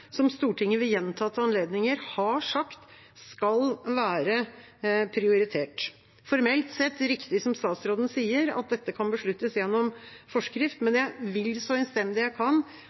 som Stortinget ved gjentatte anledninger har sagt skal være prioritert. Formelt sett er det riktig, som statsråden sier, at dette kan besluttes gjennom forskrift, men jeg vil så innstendig jeg kan